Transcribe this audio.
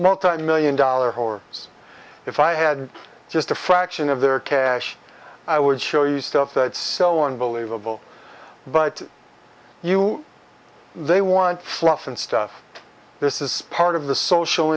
multimillion dollar whore if i had just a fraction of their cash i would show you stuff that's so unbelievable but you they want fluff and stuff this is part of the social